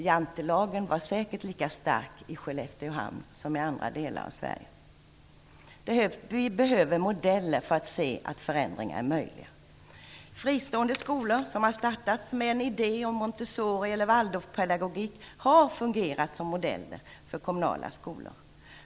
Jantelagen var säkert lika stark i Skelleftehamn som i andra delar av Sverige. Vi behöver modeller för att se att förändringar är möjliga. Montessori eller Waldorfpedagogik har fungerat som modeller för kommunala skolor.